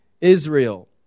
Israel